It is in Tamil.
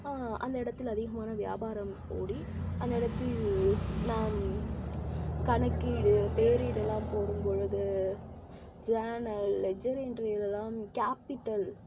அந்த இடத்தில் அதிகமான வியாபாரம் ஓடி அந்த இடத்தில் நான் கணக்கீடு பேரீடு எல்லாம் போடும் போது ஜேனல் லெஜர்மென்ட் கேப்பிட்டல்